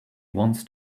wants